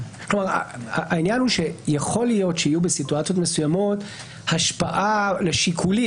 העניין הוא שיכול להיות שתהיה בסיטואציות מסוימות השפעה לשיקולים.